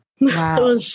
Wow